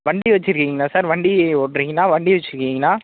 வண்டி வைச்சுருக்கீங்களா சார் வண்டி ஓட்டுறீங்களா வண்டி வைச்சிருக்கீங்களா